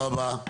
תודה רבה.